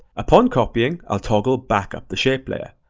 upon copying, i'll toggle back up the shape layer.